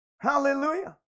Hallelujah